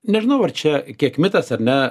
nežinau ar čia kiek mitas ar ne